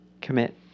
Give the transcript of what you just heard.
commit